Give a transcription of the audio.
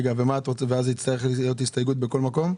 ואז זאת תצטרך להיות הסתייגות בכל מקום?